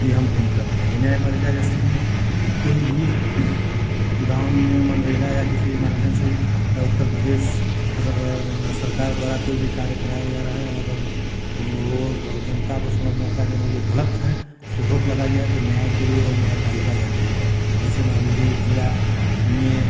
अहम भूमिका होती है न्याय पालिका जैसे कि कोई भी गाँव में मनेरेगा या किसी भी माध्यम से या उत्तरप्रदेश सरकार द्वारा कोई भी कार्य कराया जा रहा है अगर वह वह और जनता को समझ में आता है कि नहीं यह गलत है उसपे रोक लगाई जाए तो न्याय के लिए वह न्याय पालिका जाती है जैसे मान लीजिए जिला में